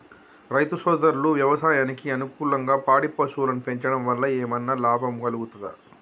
రైతు సోదరులు వ్యవసాయానికి అనుకూలంగా పాడి పశువులను పెంచడం వల్ల ఏమన్నా లాభం కలుగుతదా?